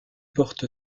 porte